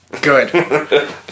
Good